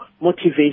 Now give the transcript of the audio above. motivation